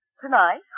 Tonight